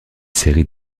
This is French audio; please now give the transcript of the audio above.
série